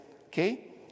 Okay